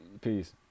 Peace